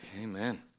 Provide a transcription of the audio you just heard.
Amen